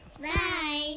Bye